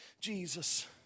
Jesus